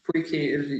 puikiai ir